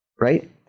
right